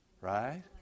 right